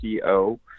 .co